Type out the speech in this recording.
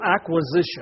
acquisition